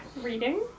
Reading